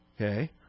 Okay